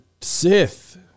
Sith